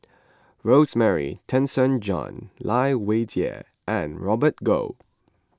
Rosemary Tessensohn Lai Weijie and Robert Goh